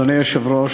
אדוני היושב-ראש,